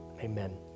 Amen